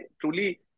truly